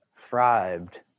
thrived